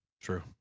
True